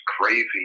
crazy